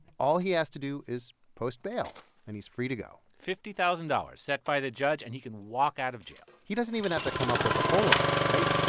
all he has to do is post bail, and he's free to go fifty-thousand dollars, set by the judge, and he can walk out of jail he doesn't even have to come up with the whole amount, right?